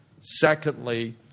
Secondly